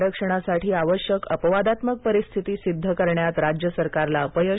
आरक्षणासाठी आवश्यकअपवादात्मक परिस्थिती सिद्ध करण्यात राज्य सरकारला अपयश